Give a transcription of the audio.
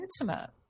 intimate